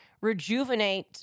rejuvenate